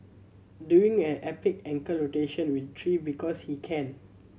doing an epic ankle rotation with tree because he can